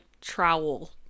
trowel